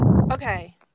okay